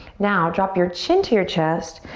now drop your chin to your chest.